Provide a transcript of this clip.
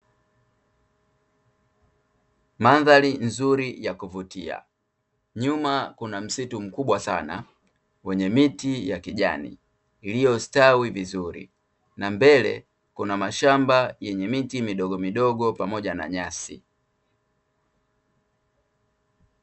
Mandhari nzuri ya kuvutia, nyuma kuna msitu mkubwa sana, wenye miti ya kijani iliyo stawi vizuri, na mbele kuna mashamba yenye miti midogo midogo pamoja na nyasi.